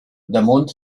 damunt